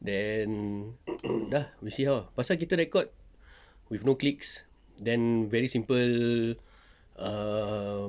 then dah lah see how pasal kita record with no clicks then very simple err